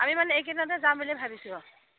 আমি মানে এইকেইদিনতে যাম বুলি ভাবিছোঁ